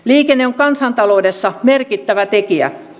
liikenne on kansantaloudessa merkittävä tekijä